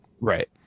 Right